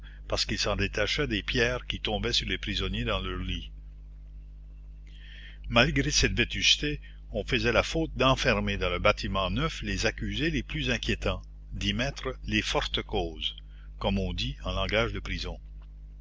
parce qu'il s'en détachait des pierres qui tombaient sur les prisonniers dans leurs lits malgré cette vétusté on faisait la faute d'enfermer dans le bâtiment neuf les accusés les plus inquiétants d'y mettre les fortes causes comme on dit en langage de prison